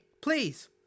Please